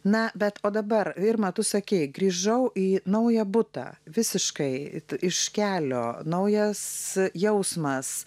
na bet o dabar irma tu sakei grįžau į naują butą visiškai it iš kelio naujas jausmas